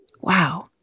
Wow